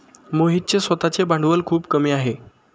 मोहितचे स्वतःचे भांडवल खूप कमी आहे